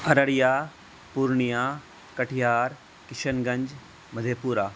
Araria Purnia Katihar Kishanganj مدھے Pura